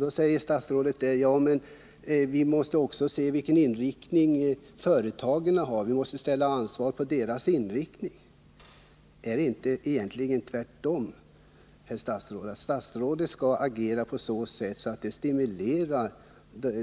Då säger statsrådet att vi emellertid också måste se vilken inriktning företagen har och ställa krav på den. Men är det egentligen inte tvärtom, herr statsråd, nämligen så att statsrådet skall agera på sådant sätt att